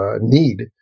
need